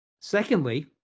Secondly